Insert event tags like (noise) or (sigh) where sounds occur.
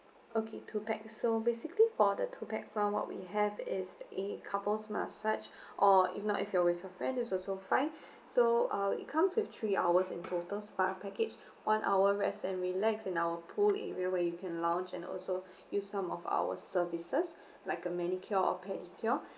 okay two pax so basically for the two pax [one] what we have is a couples massage (breath) or if not if you're with a friend is also fine (breath) so uh it comes with three hours in total spa package one hour rest and relax in our pool area where you can lounge and also (breath) use some of our services like a manicure or pedicure